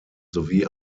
sowie